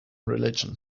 religion